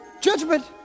Judgment